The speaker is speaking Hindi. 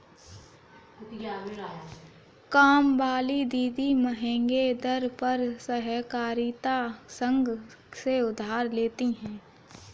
कामवाली दीदी महंगे दर पर सहकारिता संघ से उधार लेती है